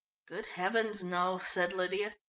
good heavens, no! said lydia.